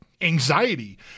anxiety